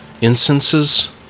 incenses